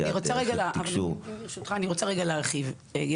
--- אני רוצה להרחיב, ברשותך, גלעד.